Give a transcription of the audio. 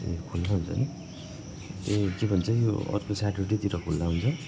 ए ए के भन्छ यो अर्को स्याटरडे तिर खुल्ला हुन्छ